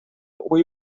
hui